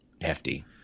hefty